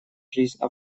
жизнь